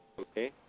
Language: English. okay